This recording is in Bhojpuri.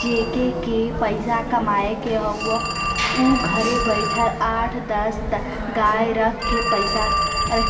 जेके के पइसा कमाए के हौ उ घरे बइठल आठ दस गाय रख के